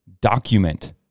Document